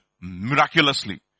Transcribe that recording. miraculously